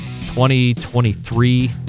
2023